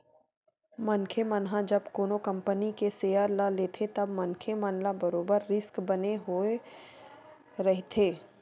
मनखे मन ह जब कोनो कंपनी के सेयर ल लेथे तब मनखे मन ल बरोबर रिस्क बने होय रहिथे